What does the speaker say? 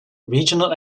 regional